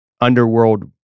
underworld